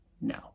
No